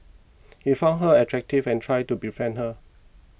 he found her attractive and tried to befriend her